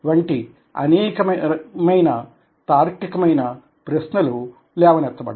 వంటి అనేకమైన తార్కికమైన ప్రశ్నలు లేవనెత్తబడ్డాయి